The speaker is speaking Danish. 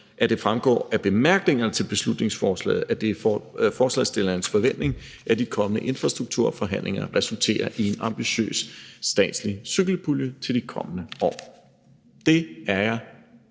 at det fremgår af bemærkningerne til beslutningsforslaget, at det er forslagsstillernes forventning, at de kommende infrastrukturforhandlinger resulterer i en ambitiøs statslig cykelpulje til de kommende år. Det er jeg